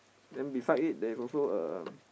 then beside it there's also a